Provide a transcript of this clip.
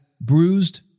bruised